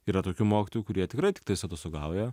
yra tokių mokytojų kurie tikrai tiktais atostogauja